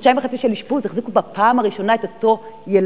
אחרי חודשיים וחצי של אשפוז החזיקו בפעם הראשונה את אותו יילוד,